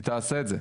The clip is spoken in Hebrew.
היא תעשה את זה.